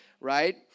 Right